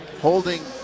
holding